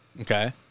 Okay